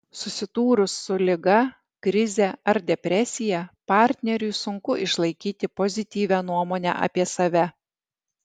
susidūrus su liga krize ar depresija partneriui sunku išlaikyti pozityvią nuomonę apie save